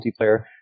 multiplayer